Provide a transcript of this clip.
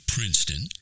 Princeton